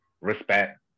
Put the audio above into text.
respect